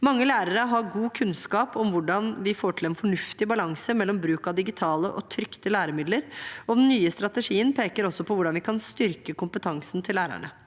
Mange lærere har god kunnskap om hvordan vi får til en fornuftig balanse mellom bruk av digitale og trykte læremidler, og den nye strategien peker også på hvordan vi kan styrke kompetansen til lærerne.